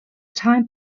time